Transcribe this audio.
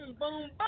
Boom